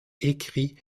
écrit